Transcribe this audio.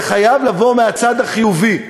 זה חייב לבוא מהצד החיובי,